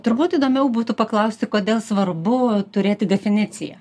turbūt įdomiau būtų paklausti kodėl svarbu turėti definiciją